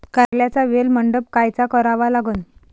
कारल्याचा वेल मंडप कायचा करावा लागन?